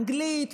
אנגלית,